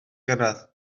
gyrraedd